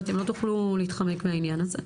ואתם לא תוכלו להתחמק מהעניין הזה,